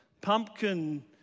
pumpkin